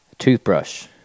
Toothbrush